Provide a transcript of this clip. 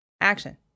Action